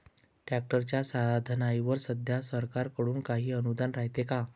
ट्रॅक्टरच्या साधनाईवर सध्या सरकार कडून काही अनुदान रायते का?